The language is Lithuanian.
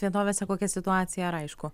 vietovėse kokią situaciją ar aišku